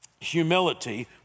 Humility